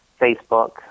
Facebook